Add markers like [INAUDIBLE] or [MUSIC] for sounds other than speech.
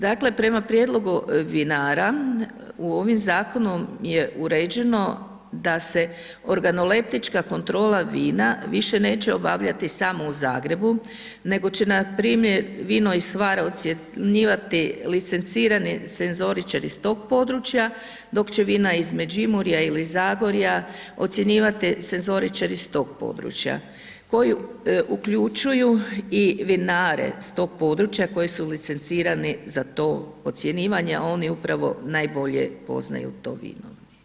Dakle prema prijedlogu vinara u ovom zakonu je uređeno da se organoleptička kontrola vina više neće obavljati samo u Zagrebu nego će npr. vino iz ... [UNINTELLIGIBLE] ocjenjivati licencirani senzoričari iz tog područja dok će vina iz Međimurja ili iz Zagorja ocjenjivati senzoričari iz tog područja koji uključuju i vinare s tog područja koji su licencirani za to ocjenjivanje a oni upravo najbolje poznaju to vino.